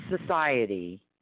society –